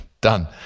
Done